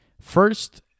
First